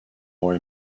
more